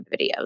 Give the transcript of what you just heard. videos